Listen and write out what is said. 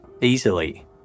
easily